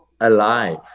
alive